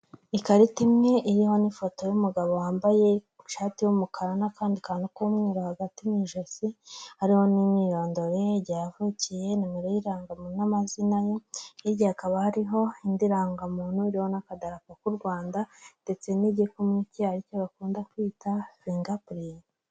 Ikarita imwe iriho n'ifoto y'umugabo wambaye ishati y'umukara n'akandi kantu k'umweru hagati mu ijosi, hariho n'imyirondoro ye, igihe yavukiye nimero y'irangamuntu n'amazina ye, hirya hakaba hariho indi rangamuntu iriho n'akadarapo k'u Rwanda ndetse n'igikumwe cye aricyo bakunda kwita fingapurinti.